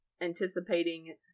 anticipating